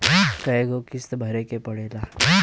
कय गो किस्त भरे के पड़ेला?